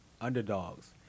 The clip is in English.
underdogs